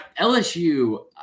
LSU